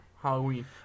Halloween